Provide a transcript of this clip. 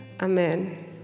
amen